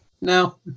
no